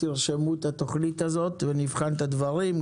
תרשמו את התוכנית הזאת ונבחן את הדברים,